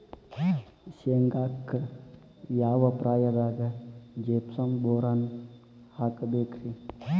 ಶೇಂಗಾಕ್ಕ ಯಾವ ಪ್ರಾಯದಾಗ ಜಿಪ್ಸಂ ಬೋರಾನ್ ಹಾಕಬೇಕ ರಿ?